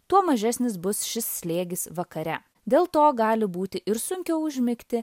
tuo mažesnis bus šis slėgis vakare dėl to gali būti ir sunkiau užmigti